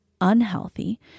unhealthy